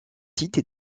titre